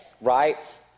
right